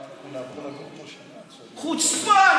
חוצפה.